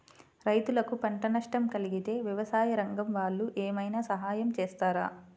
రైతులకు పంట నష్టం కలిగితే వ్యవసాయ రంగం వాళ్ళు ఏమైనా సహాయం చేస్తారా?